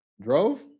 Drove